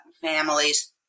families